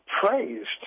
praised